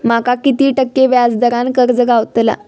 माका किती टक्के व्याज दरान कर्ज गावतला?